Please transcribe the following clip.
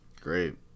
Great